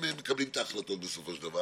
לאורך כל התקופה האחרונה יצאו סטודנטים